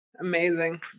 Amazing